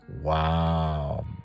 Wow